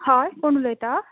हय कोण उलयता